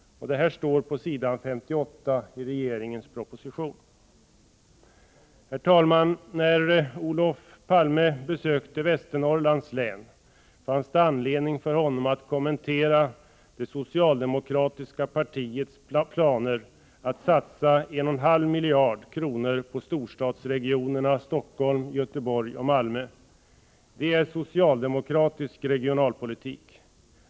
Detta står på s. 58 i propositionen. Herr talman! När Olof Palme besökte Västernorrlands län fanns det anledning för honom att kommentera det socialdemokratiska partiets planer att satsa 1,5 miljarder kronor på storstadsregionerna Stockholm, Göteborg och Malmö. Det är socialdemokratisk regionalpolitik!